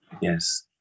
yes